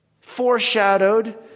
foreshadowed